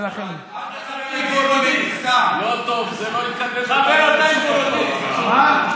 לא טוב, זה לא יקדם אותנו, מה?